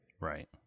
Right